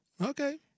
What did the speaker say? Okay